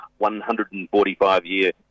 145-year